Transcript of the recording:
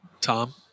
Tom